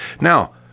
Now